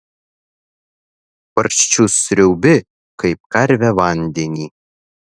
barščius sriaubi kaip karvė vandenį